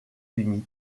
unis